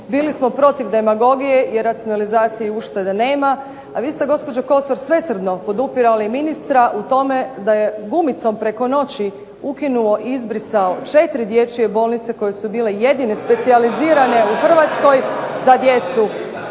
bili smo protiv demagogije jer racionalizacije i uštede nema. A vi ste gospođo Kosor svesrdno podupirali ministra u tome da je gumicom preko noći ukinuo i izbrisao 4 dječje bolnice koje su bile jedine specijalizirane u Hrvatskoj za djecu.